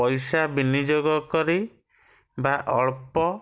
ପଇସା ବିନିଯୋଗ କରି ବା ଅଳ୍ପ